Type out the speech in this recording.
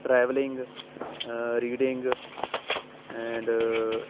travelling reading and